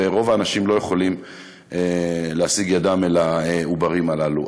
ורוב האנשים לא יכולים לשים ידם על העוברים הללו.